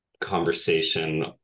conversation